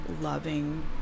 loving